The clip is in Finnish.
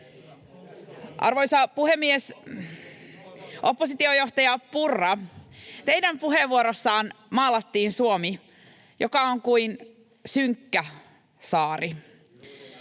Arvoisa puhemies! Oppositiojohtaja Purra, teidän puheenvuorossanne maalattiin Suomi, joka on kuin synkkä saari,